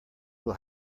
will